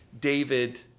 David